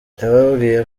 yababwiye